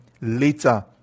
later